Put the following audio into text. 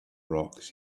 rocks